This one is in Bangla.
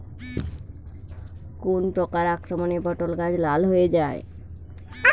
কোন প্রকার আক্রমণে পটল গাছ লাল হয়ে যায়?